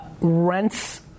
rents